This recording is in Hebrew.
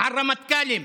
על רמטכ"לים,